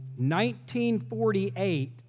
1948